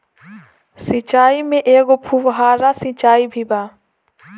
सिचाई में एगो फुव्हारा सिचाई भी बा